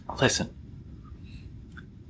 Listen